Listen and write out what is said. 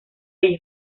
ello